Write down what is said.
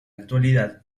actualidad